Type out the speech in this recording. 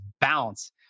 bounce